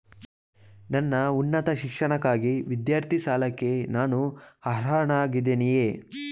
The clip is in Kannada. ನನ್ನ ಉನ್ನತ ಶಿಕ್ಷಣಕ್ಕಾಗಿ ವಿದ್ಯಾರ್ಥಿ ಸಾಲಕ್ಕೆ ನಾನು ಅರ್ಹನಾಗಿದ್ದೇನೆಯೇ?